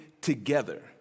together